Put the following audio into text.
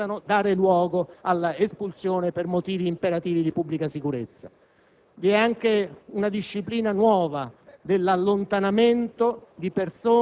i «motivi imperativi di pubblica sicurezza» sono motivi particolarmente gravi. Credo che nella discussione di oggi si potrà emendare